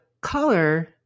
color